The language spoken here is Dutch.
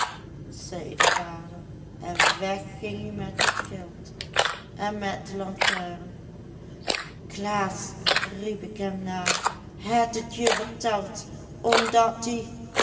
zei de vader en weg ging ie met et geld en met de lantaren klaas riep ik hem na het et je verteld omdat ie